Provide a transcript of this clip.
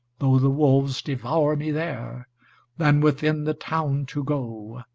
though the wolves devour me there than within the town to go,